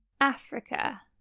Africa